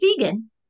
vegan